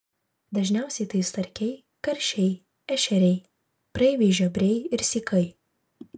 dažniausiai tai starkiai karšiai ešeriai praeiviai žiobriai ir sykai